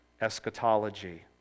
eschatology